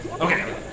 Okay